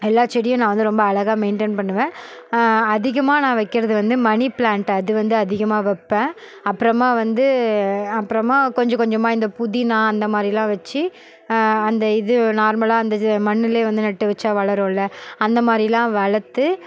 எல்லா செடியும் நான் வந்து ரொம்ப அழகாக மெயின்டைன் பண்ணுவேன் அதிகமாக நான் வைக்கிறது வந்து மனி பிளாண்ட் அது வந்து அதிகமாக வைப்பன் அப்புறமாக வந்து அப்புறமாக கொஞ்ச கொஞ்சமாக இந்த புதினா அந்த மாதிரிலான் வச்சு அந்த இது நார்மலாக அந்த இது மண்ணிலே வந்து நட்டு வச்சால் வளருள்ள அந்த மாதிரிலான் வளர்த்து